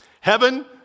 Heaven